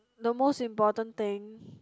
the most important thing